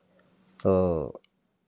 तो